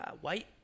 white